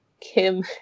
Kim